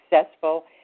successful